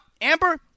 Amber